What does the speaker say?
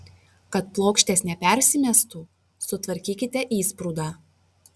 kad plokštės nepersimestų sutvarkykite įsprūdą